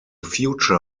future